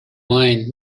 wine